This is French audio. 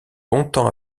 longtemps